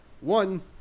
One